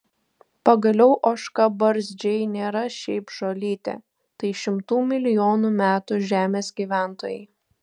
pagaliau ožkabarzdžiai nėra šiaip žolytė tai šimtų milijonų metų žemės gyventojai